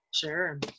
Sure